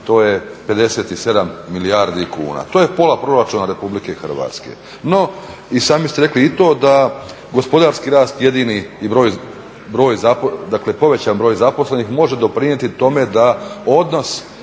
to je 57 milijardi kuna. To je pola proračuna RH. No i sami ste rekli i to da gospodarski rast jedini, dakle povećan broj zaposlenih može doprinijeti tome da odnos